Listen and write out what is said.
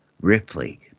Ripley